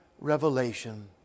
revelation